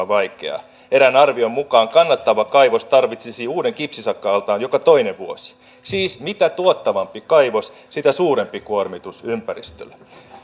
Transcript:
vaikeaa erään arvion mukaan kannattava kaivos tarvitsisi uuden kipsisakka altaan joka toinen vuosi siis mitä tuottavampi kaivos sitä suurempi kuormitus ympäristölle